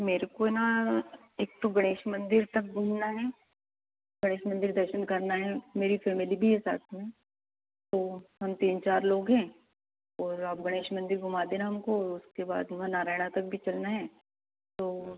मेरे को न एक तो गणेश मंदिर तक घूमना है गणेश मंदिर दर्शन करना है मेरी फेमिली भी है साथ में तो हम तीन चार लोग हैं और आप गणेश मंदिर घूमा देना हमको उसके बाद वहाँ नारायणा तक भी चलना है तो